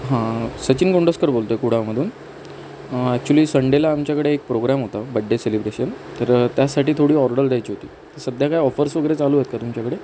हां सचिन गोंडस्कर बोलतो आहे कुडाळमधून ॲक्चुअली संडेला आमच्याकडे एक प्रोग्राम होता बड्डे सेलिब्रेशन तर त्यासाठी थोडी ऑर्डर द्यायची होती सध्या काही ऑफर्स वगैरे चालु आहेत का तुमच्याकडे